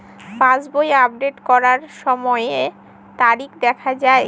পাসবই update করার সময়ে তারিখ দেখা য়ায়?